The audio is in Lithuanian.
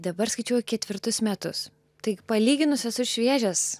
dabar skaičiuoja ketvirtus metus taigi palyginus esu šviežias